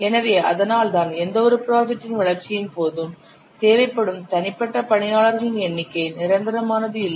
எனவே அதனால்தான் எந்தவொரு ப்ராஜெக்டின் வளர்ச்சியின்போதும் தேவைப்படும் தனிப்பட்ட பணியாளர்களின் எண்ணிக்கை நிரந்தரமானது இல்லை